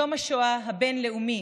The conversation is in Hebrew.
הבין-לאומי